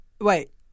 Wait